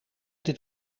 dit